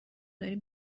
داری